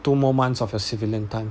two more months of your civilian time